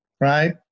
Right